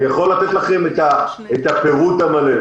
אני יכול לתת לכם את הפירוט המלא.